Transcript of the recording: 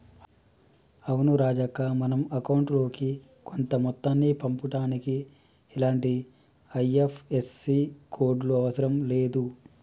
అవును రాజక్క మనం అకౌంట్ లోకి కొంత మొత్తాన్ని పంపుటానికి ఇలాంటి ఐ.ఎఫ్.ఎస్.సి కోడ్లు అవసరం లేదు